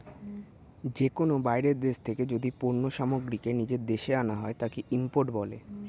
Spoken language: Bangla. যে কোনো বাইরের দেশ থেকে যদি পণ্য সামগ্রীকে নিজের দেশে আনা হয়, তাকে ইম্পোর্ট বলে